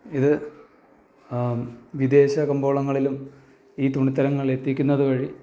ഇത് വിദേശകമ്പോളങ്ങളിലും ഈ തുണിത്തരങ്ങൾ എത്തിക്കുന്നതുവഴി